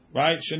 right